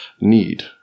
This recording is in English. need